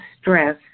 stress